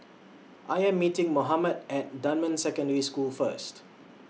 I Am meeting Mohammed At Dunman Secondary School First